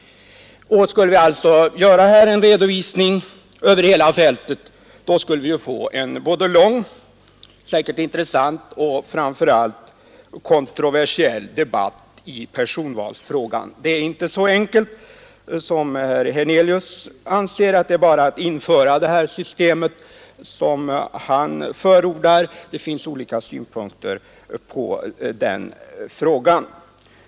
Om vi här vill göra en redovisning över hela fältet, skulle vi få en lång, rätt intressant och framför allt kontroversiell debatt i personvalsfrågan. Det är inte så enkelt som herr Hernelius anser, att det bara är att införa det system som han förordar. Det finns olika synpunkter på den frågan.